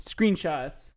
screenshots